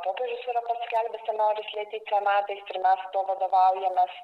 popiežius yra paskelbęs scenarijus letytsio metais ir mes tuo vadovaujamės